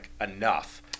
enough